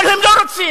אבל הם לא רוצים.